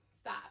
stop